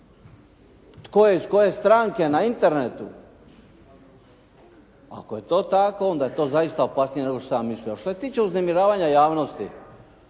tko je iz koje stranke na Internetu? Ako je to tako onda je to zaista opasnije nego što sam ja mislio. A što se tiče uznemiravanja javnosti